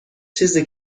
چیزی